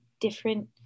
different